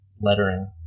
lettering